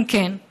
אם כן,